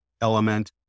element